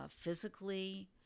physically